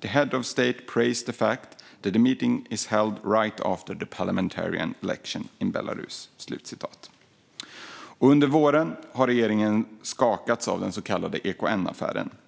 "The head of state praised the fact that the meeting is held right after the parliamentary elections in Belarus." Under våren har regeringen skakats av den så kallade EKN-affären.